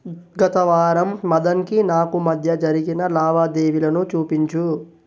గత వారం మదన్కి నాకు మధ్య జరిగిన లావాదేవీలను చూపించు